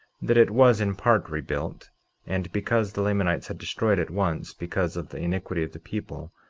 that it was in part rebuilt and because the lamanites had destroyed it once because of the iniquity of the people,